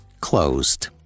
closed